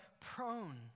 prone